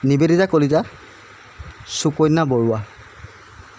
Nivedita Kalita Sukanya Barua